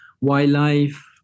wildlife